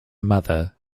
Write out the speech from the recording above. mother